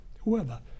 whoever